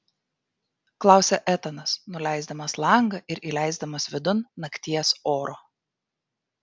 klausia etanas nuleisdamas langą ir įleisdamas vidun nakties oro